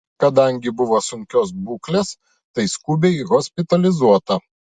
kadangi buvo sunkios būklės tai skubiai hospitalizuota